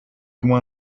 ouen